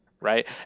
Right